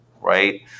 right